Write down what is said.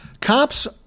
cops